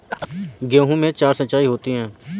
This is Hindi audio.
गेहूं में चार सिचाई होती हैं